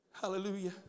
Hallelujah